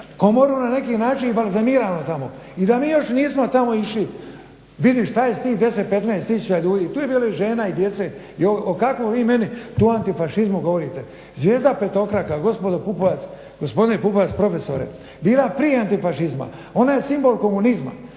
komoru na neki način i balzamirano tamo. I da mi još nismo tamo išli vidjeti što je s tih 10, 15 tisuća ljudi. Tu je bilo i žena i djece i o kakvom vi meni tu antifašizmu govorite? Zvijezda petokraka, gospodine Pupovac profesore bila je prije antifašizma, ona je simbol komunizma